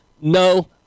No